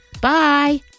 Bye